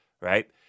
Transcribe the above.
right